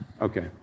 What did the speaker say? Okay